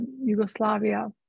Yugoslavia